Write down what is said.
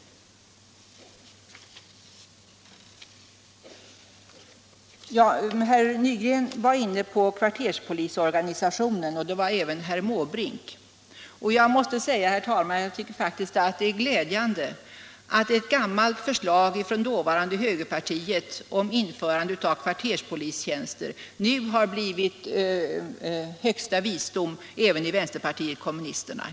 Herr Nygren och även herr Måbrink var inne på kvarterspolisorganisationen. Jag måste säga, herr talman, att jag faktiskt tycker att det är glädjande att ett gammalt förslag från dåvarande högerpartiet om införande av kvarterspolistjänster nu har blivit högsta visdom även i vänsterpartiet kommunisterna.